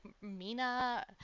Mina